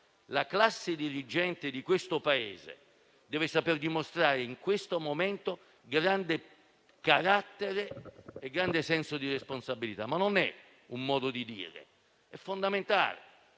la classe dirigente di questo Paese deve saper dimostrare in questo momento grande carattere e grande senso di responsabilità, e non è un modo di dire, perché è fondamentale.